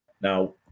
Now